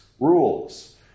rules